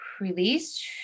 release